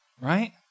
right